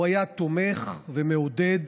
הוא היה תומך ומעודד,